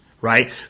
right